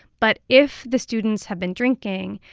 but if the students have been drinking,